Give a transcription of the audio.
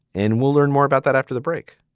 and we'll learn more about that after the break.